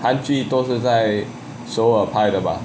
韩剧都是在首尔拍的吧